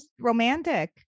romantic